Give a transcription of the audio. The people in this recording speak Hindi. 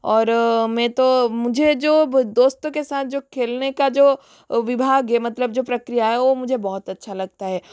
और मैं तो मुझे जो दोस्तों के साथ जो खेलने का जो विभाग्य मतलब जो प्रक्रिया है वह मुझे बहुत अच्छा लगता है